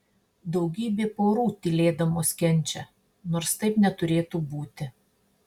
daugybė porų tylėdamos kenčia nors taip neturėtų būti